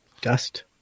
Dust